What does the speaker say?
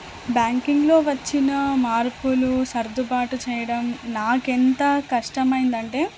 బ్యాంకింగ్లో వచ్చిన మార్పులు సర్దుబాటు చేయడం నాకెంత కష్టమైందంటే